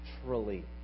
naturally